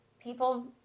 people